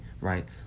right